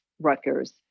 Rutgers